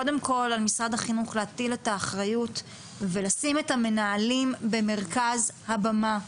קודם כל על משרד החינוך להטיל את האחריות ולשים את המנהלים במרכז הבמה.